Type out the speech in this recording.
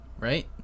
right